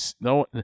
No